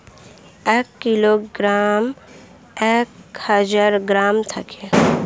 এক কিলোগ্রামে এক হাজার গ্রাম থাকে